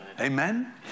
Amen